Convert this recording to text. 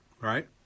right